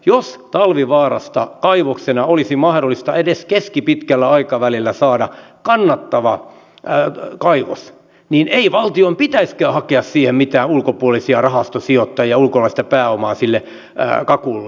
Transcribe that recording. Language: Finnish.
jos talvivaarasta kaivoksena olisi mahdollista edes keskipitkällä aikavälillä saada kannattava kaivos niin ei valtion pitäisikään hakea siihen mitään ulkopuolisia rahastosijoittajia ulkolaista pääomaa sille kakulle